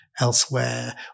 elsewhere